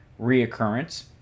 reoccurrence